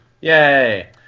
Yay